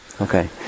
Okay